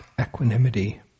equanimity